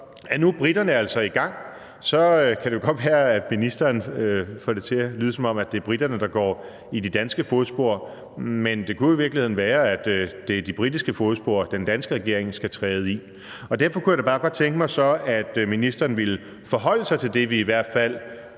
om, at briterne altså nu er i gang, så kan det godt være, at ministeren får det til at lyde, som om det er briterne, der går i de danske fodspor, men det kunne jo i virkeligheden være, at det er de britiske fodspor, den danske regering skal træde i. Derfor kunne jeg da bare godt tænke mig, at ministeren ville forholde sig til det, vi i hvert fald